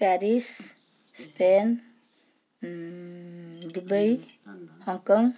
Paris Spain Dubai Hong Kong